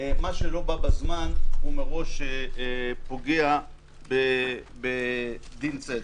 מה שלא בא בזמן, הוא מראש פוגע בדין צדק.